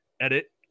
edit